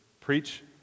preach